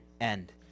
end